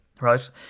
right